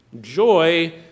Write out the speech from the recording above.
Joy